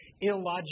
illogical